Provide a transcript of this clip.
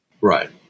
Right